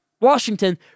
Washington